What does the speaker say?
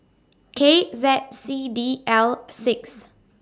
K Z C D L six